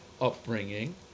upbringing